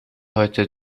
heute